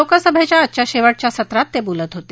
लोकसभेच्या आजच्या शेवटच्य सत्रात ते बोलत होते